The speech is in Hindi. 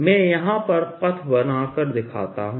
मैं यहां पर पथ बनाकर दिखाता हूं